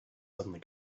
suddenly